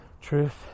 truth